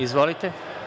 Izvolite.